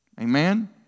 Amen